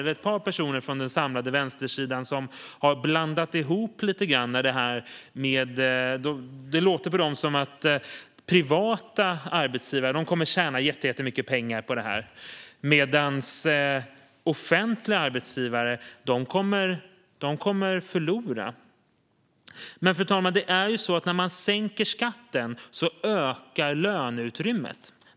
Ett par personer från den samlade vänstersidan har blandat ihop saker och ting lite grann. Det låter på dem som att privata arbetsgivare kommer att tjäna jättemycket pengar på det här medan offentliga arbetsgivare kommer att förlora. Men, fru talman, när man sänker skatten ökar löneutrymmet.